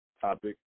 topic